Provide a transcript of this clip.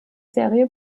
serie